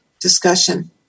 discussion